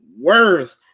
Worth